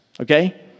Okay